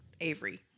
Avery